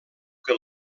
que